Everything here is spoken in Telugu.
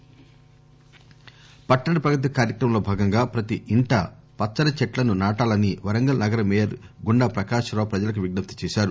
వరంగల్ మేయర్ పట్టణ ప్రగతి కార్యక్రమం లో బాగం గా ప్రతి ఇంటా పచ్చని చెట్లను నాటాలని వరంగల్ నగర మేయర్ గుండా ప్రకాశరావు ప్రజలకు విజ్ఞప్తి చేశారు